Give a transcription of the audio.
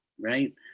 right